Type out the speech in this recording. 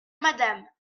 madame